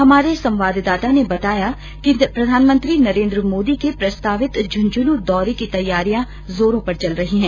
हमारे संवाददाता ने बताया कि प्रधानमंत्री नरेंद्र मोदी के प्रस्तावित झुंझुनूं दौर्र की तैयारियां जोरों पर चल रही है